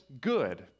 good